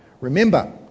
Remember